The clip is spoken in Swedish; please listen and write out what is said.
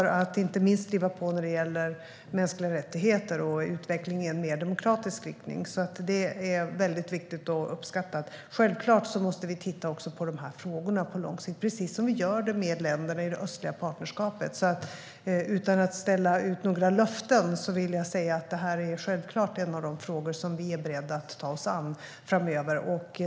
Ni arbetar för att driva på i fråga om mänskliga rättigheter och för en utveckling i en mer demokratisk riktning. Det är viktigt och uppskattat. Självklart måste vi titta också på de här frågorna på lång sikt, precis som vi gör med länderna i det östliga partnerskapet. Utan att ställa ut några löften vill jag säga att det här är en av de frågor som vi är beredda att ta oss an framöver.